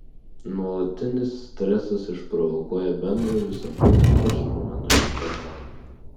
nuolatinis stresas išprovokuoja bendrą viso kūno ypač raumenų įtampą